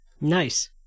nice